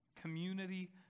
Community